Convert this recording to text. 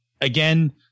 Again